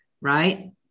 Right